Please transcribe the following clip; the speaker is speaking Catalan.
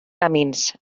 camins